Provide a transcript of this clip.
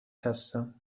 هستم